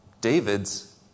David's